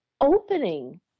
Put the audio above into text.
opening